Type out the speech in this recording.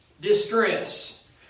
distress